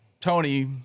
Tony